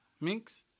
Minks